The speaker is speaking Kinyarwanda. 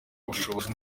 ubushobozi